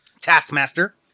Taskmaster